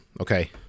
Okay